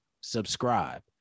subscribe